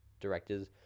directors